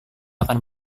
akan